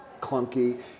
clunky